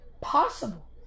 possible